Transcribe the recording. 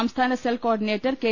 സംസ്ഥാന cell coordinator K